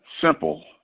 Simple